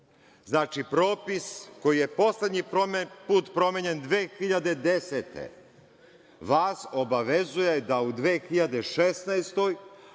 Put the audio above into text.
propis koji je poslednji put promenjen 2010. godine vas obavezuje da u 2016.